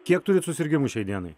kiek turit susirgimų šiai dienai